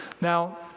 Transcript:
Now